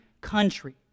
country